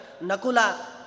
Nakula